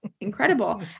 incredible